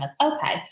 okay